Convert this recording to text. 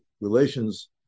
relations